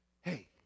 Hey